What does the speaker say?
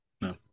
no